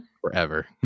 Forever